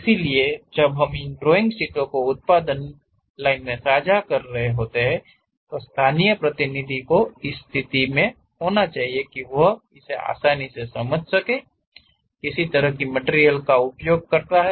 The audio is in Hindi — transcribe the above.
इसलिए जब हम इन ड्राइंग शीटों को उत्पादन लाइन में साझा कर रहे हैं स्थानीय प्रतिनिधि को इस स्थिति मेहोना चाहिए की वह इसे आसानी से समज सके की किस तरह की मटिरियल का उपयोग करना है